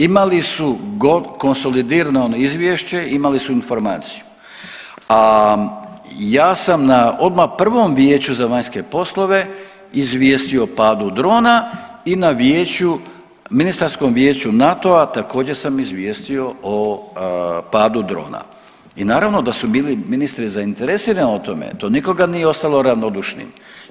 Imali su konsolidirano izvješće, imali su informaciju, a ja sam odmah na prvom Vijeću za vanjske poslove izvijestio o padu drona i na ministarskom vijeću NATO-a također sam izvijestio o padu drona i naravno da su ministri zainteresirani o tome, to nikoga nije ostalo ravnodušnim.